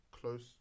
close